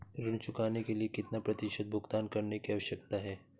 ऋण चुकाने के लिए कितना प्रतिशत भुगतान करने की आवश्यकता है?